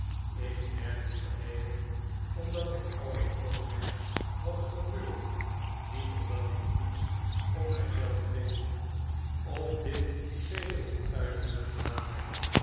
ik merk dit alleen op omdat ik alles opmerk wat er gebeurt niet omdat ik iets om mijzelf geef of dit sedert ik thuis ben gedaan heb